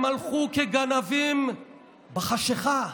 הם הלכו כגנבים בחשכה.